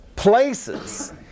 Places